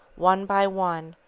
one by one,